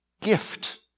Gift